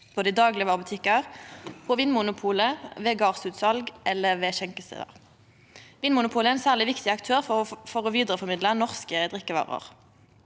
både i daglegvarebutikkar, på Vinmonopolet, ved gardsutsal og ved skjenkestader. Vinmonopolet er ein særleg viktig aktør for å vidareformidla norske drikkevarer.